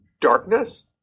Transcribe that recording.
darkness